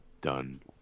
done